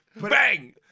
Bang